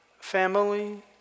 family